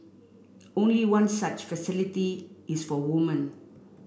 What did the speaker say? only one such facility is for woman